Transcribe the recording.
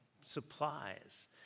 supplies